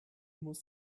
muss